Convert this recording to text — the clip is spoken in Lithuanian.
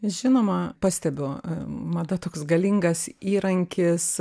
žinoma pastebiu mada toks galingas įrankis